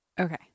Okay